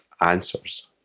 answers